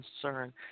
concern